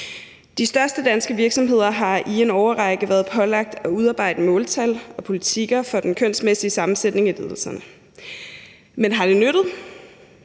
De største danske virksomheder har i en årrække været pålagt at udarbejde måltal og politikker for den kønsmæssige sammensætning i ledelserne. Men har det nyttet?